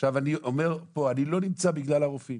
עכשיו, אני אומר פה, אני לא נמצא בגלל הרופאים.